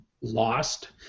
lost